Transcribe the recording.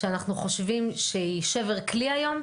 שאנחנו חושבים שהיא שבר כלי היום,